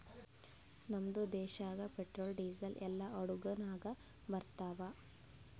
ನಮ್ದು ದೇಶಾಗ್ petrol, diesel ಎಲ್ಲಾ ಹಡುಗ್ ನಾಗೆ ಬರ್ತಾವ್